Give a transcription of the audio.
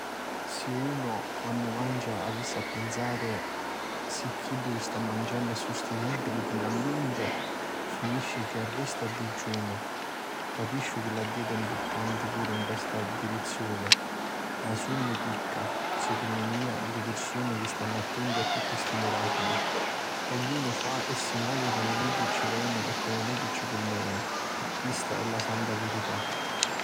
Si unu quannu mancia avissi a pinsari si chiddu chi sta manciannu è sustinibili pi l'ambiente finisci chi arresta a dijunu. Capisciu chi la dieta è mpurtanti puru nta sta dirizioni ma sunnu picca, secunnu mia, li pirsuni chi stannu attenti a tutti sti miraculi. Ognunu fa e si movi comu megghiu ci veni e comu megghiu ci cunveni. Chista è la santa verità.